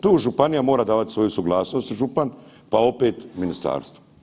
Tu županija mora davati svoju suglasnost, župan, pa opet ministarstvo.